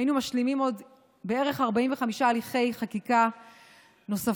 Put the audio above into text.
היינו משלימים עוד בערך 45 הליכי חקיקה נוספים,